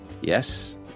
Yes